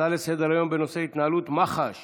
הצעות לסדר-היום בנושא: התנהלות מח"ש